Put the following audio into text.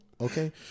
Okay